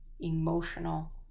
emotional